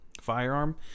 firearm